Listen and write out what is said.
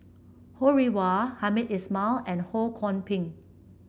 Ho Rih Hwa Hamed Ismail and Ho Kwon Ping